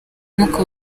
umwuka